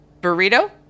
burrito